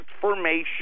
Transformation